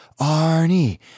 Arnie